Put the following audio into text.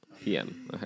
PM